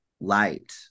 light